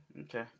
okay